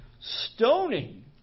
stoning